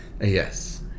Yes